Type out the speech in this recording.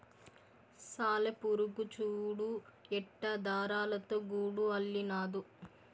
సాలెపురుగు చూడు ఎట్టా దారాలతో గూడు అల్లినాదో